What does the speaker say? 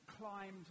climbed